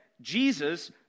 Jesus